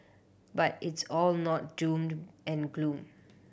but it's all not doomed and gloom